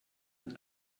und